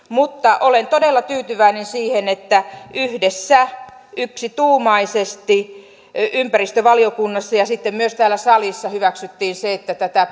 mutta olen todella tyytyväinen siihen että yhdessä yksituumaisesti ympäristövaliokunnassa ja ja sitten myös täällä salissa hyväksyttiin se että tätä